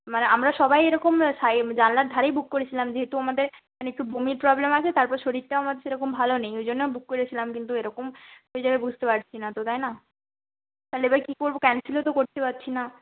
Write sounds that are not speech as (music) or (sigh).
মানে আমরা সবাই এরকম (unintelligible) জানালার ধারেই বুক করেছিলাম যেহেতু আমাদের মানে একটু বমির প্রবলেম আছে তারপর শরীরটাও আমার সেরকম ভালো নেই ওই জন্য বুক করেছিলাম কিন্তু এরকম হয়ে যাবে বুঝতে পারছি না তো তাই না তাহলে এবার কী করব ক্যানসেলও তো করতে পারছি না